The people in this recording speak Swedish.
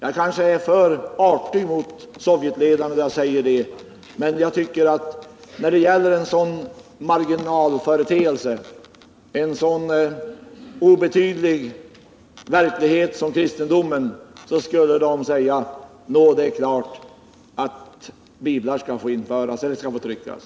Jag kanske är för artig emot Sovjetledarna när jag ställer den frågan, men när det gäller något som för dem är en sådan marginalföreteelse, en så obetydlig verklighet som kristendomen, borde de säga: Det är klart att biblar skall få införas eller tryckas.